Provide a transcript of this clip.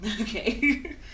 okay